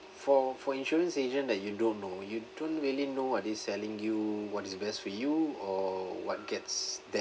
for for insurance agent that you don't know you don't really know what they selling you what is best for you or what gets them